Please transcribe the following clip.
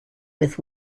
with